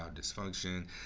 dysfunction